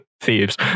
thieves